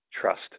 Trust